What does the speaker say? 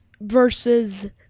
Versus